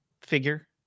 figure